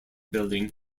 building